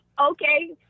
okay